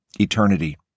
eternity